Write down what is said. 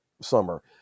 summer